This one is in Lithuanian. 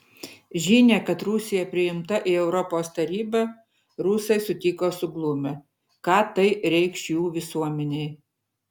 žinią kad rusija priimta į europos tarybą rusai sutiko suglumę ką tai reikš jų visuomenei